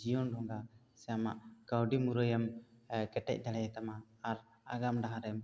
ᱡᱤᱭᱚᱱ ᱰᱷᱚᱸᱜᱟ ᱥᱮ ᱟᱢᱟᱜ ᱠᱟᱹᱣᱰᱤ ᱢᱩᱨᱟᱹᱭ ᱮᱢ ᱠᱮᱴᱮᱡ ᱫᱟᱲᱮᱭᱟᱛᱟᱢᱟ ᱟᱨ ᱟᱜᱟᱢ ᱰᱟᱦᱟᱨᱮᱢ